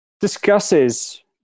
discusses